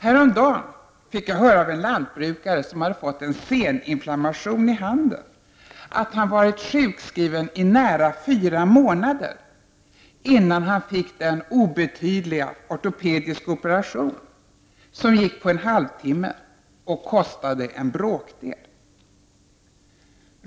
Häromdagen fick jag höra av en lantbrukare som fått en seninflammation i handen att han hade varit sjukskriven i nära fyra månader innan han fick den obetydliga ortopediska operationen, som gick på en halvtimme och kostade en bråkdel. Herr talman!